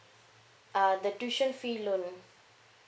uh the tuition fee loan